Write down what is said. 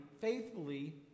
faithfully